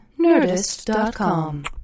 Nerdist.com